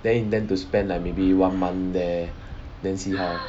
then intend to spend like maybe one month there then see how